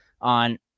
on